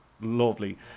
lovely